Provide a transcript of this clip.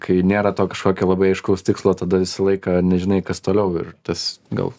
kai nėra to kažkokio labai aiškaus tikslo tada visą laiką nežinai kas toliau ir tas gal